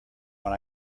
when